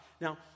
Now